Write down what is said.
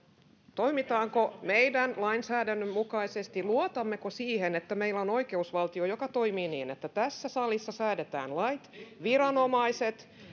toimitaanko meidän lainsäädännön mukaisesti luotammeko siihen että meillä on oikeusvaltio joka toimii niin että tässä salissa säädetään lait viranomaiset